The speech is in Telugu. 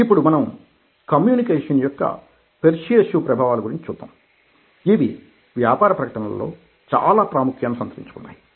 ఇప్పుడు మనం కమ్యూనికేషన్ యొక్క పెర్స్యుయేసివ్ ప్రభావాల గురించి చూద్దాం ఇవి వ్యాపార ప్రకటనల్లో చాలా ప్రాముఖ్యాన్ని సంతరించుకున్నాయి